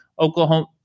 Oklahoma